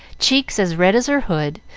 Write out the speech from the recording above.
cheeks as red as her hood,